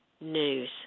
news